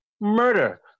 Murder